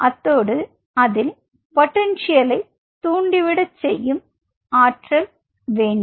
அத்தோடு அதில் பொட்டன்ஷியல் தூண்டிவிட செய்யும் ஆற்றல் வேண்டும்